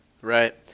Right